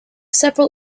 several